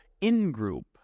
in-group